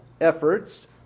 efforts